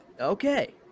okay